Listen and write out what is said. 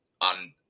on –